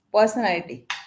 personality